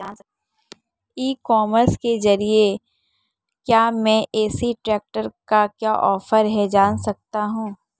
ई commerce के ज़रिए क्या मैं मेसी ट्रैक्टर का क्या ऑफर है जान सकता हूँ?